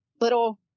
little